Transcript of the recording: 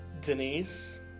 Denise